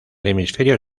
hemisferio